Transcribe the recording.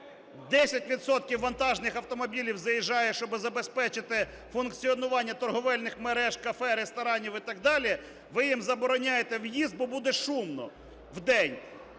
вантажних автомобілів заїжджає, щоби забезпечити функціонування торгівельних мереж, кафе, ресторанів і так далі. Ви їм забороняєте в'їзд, бо буде шумно вдень.